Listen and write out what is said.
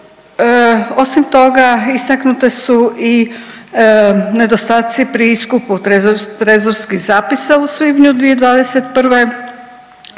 Osim toga, istaknute su i nedostaci pri iskupu trezorskih zapisa u svibnju 2021.